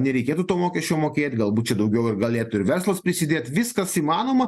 nereikėtų to mokesčio mokėt galbūt čia daugiau ir galėtų ir verslas prisidėt viskas įmanoma